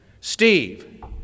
Steve